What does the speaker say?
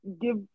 give